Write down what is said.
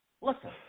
Listen